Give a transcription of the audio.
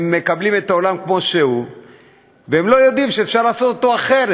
הם מקבלים את העולם כמו שהוא והם לא יודעים שאפשר לעשות אותו אחרת.